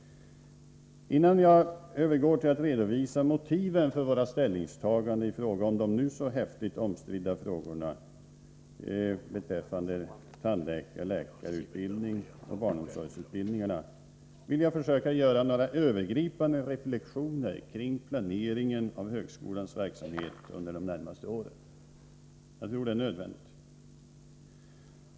Innan jag övergår till att redovisa motiven för våra ställningstaganden i fråga om de nu så häftigt omstridda frågorna beträffande tandläkar-, läkaroch barnomsorgsutbildningarna, vill jag försöka göra några övergripande reflexioner kring planeringen av högskolans verksamhet under de närmaste åren. Jag tror att det är nödvändigt.